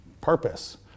purpose